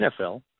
NFL